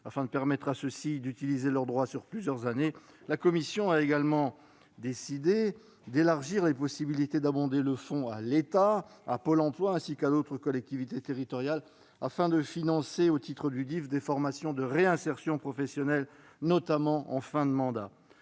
afin de permettre à ceux-ci d'utiliser leurs droits sur plusieurs années. La commission a également décidé d'élargir les possibilités d'abonder le fonds à l'État, à Pôle emploi, ainsi qu'à d'autres collectivités territoriales, afin de financer au titre du DIFE des formations de réinsertion professionnelle, notamment en fin de mandat.